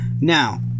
Now